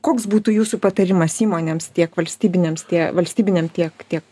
koks būtų jūsų patarimas įmonėms tiek valstybinėms tie valstybinėm tiek tiek